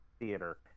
theater